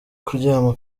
kuryama